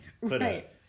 Right